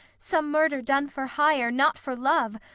some murder done for hire, not for love,